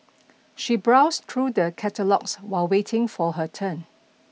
she browsed through the catalogues while waiting for her turn